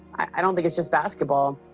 i don't think it's just basketball.